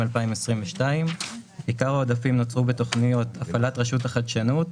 2022. עיקר העודפים נוצרו בתוכניות הפעלת רשות החדשנות,